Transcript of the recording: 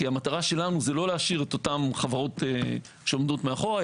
כי המטרה שלנו היא לא להשאיר את אותן חברות שעומדות מאחור,